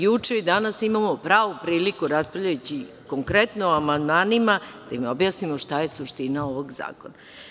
Juče i danas imamo pravu priliku, raspravljajući konkretno o amandmanima, da im objasnimo šta je suština ovog zakona.